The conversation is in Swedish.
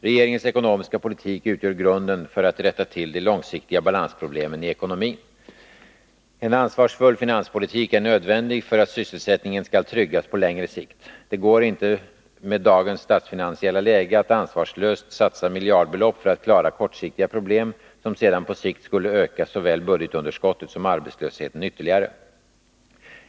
Regeringens ekonomiska politik utgör grunden för att rätta till de långsiktiga balansproblemen i ekonomin. En ansvarsfull finanspolitik är nödvändig för att sysselsättningen skall tryggas på längre sikt. Det går inte med dagens statsfinansiella läge att ansvarslöst satsa miljardbelopp för att klara kortsiktiga problem som sedan på sikt skulle öka såväl budgetunderskottet som arbetslösheten ytterligare.